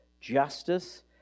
Justice